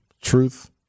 Truth